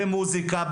במוסיקה,